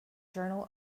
journal